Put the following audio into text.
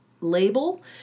label